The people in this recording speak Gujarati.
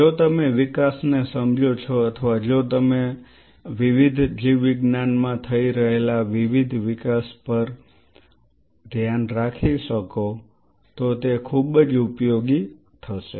જો તમે વિકાસને સમજો છો અથવા જો તમે વિવિધ જીવવિજ્ઞાન માં થઈ રહેલા વિવિધ વિકાસ પર ધ્યાન રાખી શકો તો તે ખૂબ જ ઉપયોગી થશે